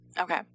Okay